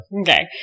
Okay